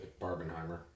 Barbenheimer